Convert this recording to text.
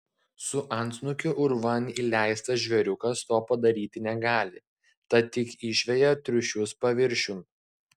su antsnukiu urvan įleistas žvėriukas to padaryti negali tad tik išveja triušius paviršiun